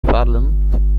fallon